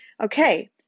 Okay